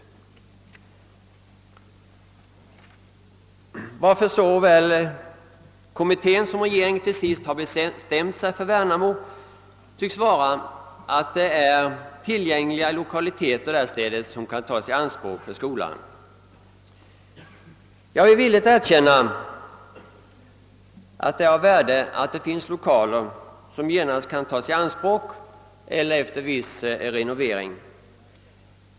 Anledningen till att såväl kommittén som regeringen till sist har bestämt sig för Värnamo tycks vara att där finnes tillgängliga lokaliteter att tas i anspråk för skolan. Jag vill villigt erkänna att det är av värde att det finns lokaler som kan tas i anspråk genast eller efter viss renovering.